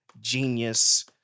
genius